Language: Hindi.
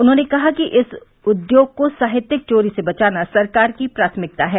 उन्होंने कहा कि इस उद्योग को साहित्यिक चोरी से बचाना सरकार की प्राथमिकता है